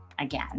again